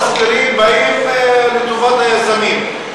ולכן רוב התסקירים באים לטובת היזמים.